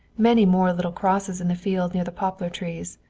many more little crosses in the field near the poplar trees,